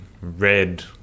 Red